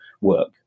work